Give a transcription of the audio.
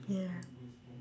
ya